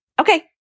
Okay